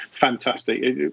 fantastic